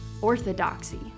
orthodoxy